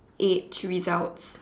age results